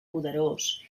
poderós